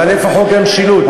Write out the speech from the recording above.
אבל איפה חוק המשילות?